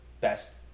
best